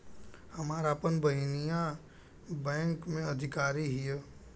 हमार आपन बहिनीई बैक में अधिकारी हिअ